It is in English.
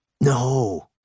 No